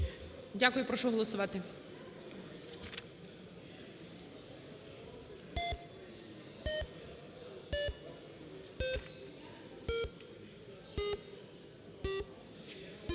Дякую. Прошу голосувати.